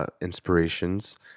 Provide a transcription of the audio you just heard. inspirations